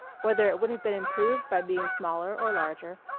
whether it would have been improved by being smaller or larger,